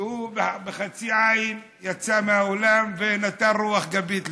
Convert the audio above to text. שהוא בחצי עין יצא מהאולם ונתן רוח גבית לזה.